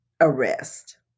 arrest